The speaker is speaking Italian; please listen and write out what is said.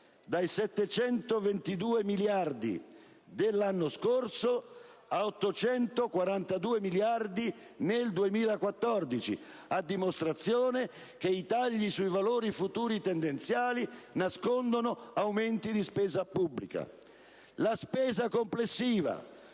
dai 722 miliardi dell'anno scorso a 842 miliardi nel 2014, a dimostrazione che i tagli sui valori futuri tendenziali nascondono aumenti di spesa pubblica. La spesa complessiva